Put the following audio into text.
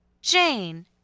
Jane